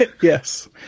Yes